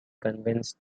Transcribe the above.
convinced